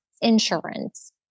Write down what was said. insurance